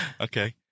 Okay